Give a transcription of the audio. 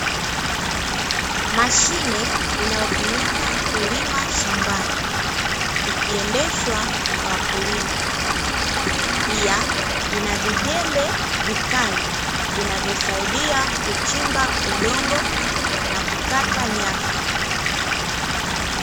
Mashine inayotumika kulima shambani, ikiendeshwa na wakulima, pia ina vijembe vikali, vinavyosaidia kuchimba udongo na kukata nyasi.